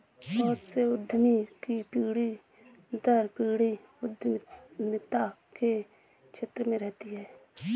बहुत से उद्यमी की पीढ़ी दर पीढ़ी उद्यमिता के क्षेत्र में रहती है